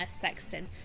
Sexton